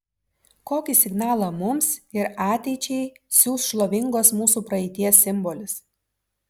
kokį signalą mums ir ateičiai siųs šlovingos mūsų praeities simbolis